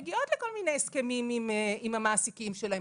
מגיעות לכל מיני הסכמים עם המעסיקים שלהן,